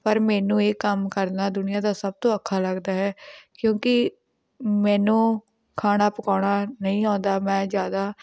ਪਰ ਮੈਨੂੰ ਇਹ ਕੰਮ ਕਰਨਾ ਦੁਨੀਆਂ ਦਾ ਸਭ ਤੋਂ ਔਖਾ ਲੱਗਦਾ ਹੈ ਕਿਉਂਕਿ ਮੈਨੂੰ ਖਾਣਾ ਪਕਾਉਣਾ ਨਹੀਂ ਆਉਂਦਾ ਮੈਂ ਜ਼ਿਆਦਾ